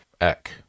Eck